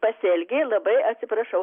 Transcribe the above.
pasielgė labai atsiprašau